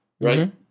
right